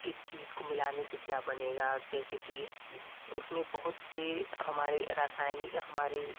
किस चीज़ को मिलाने से क्या बनेगा जैसे कि उसमें बहुत से हमारे रसायनी हमारे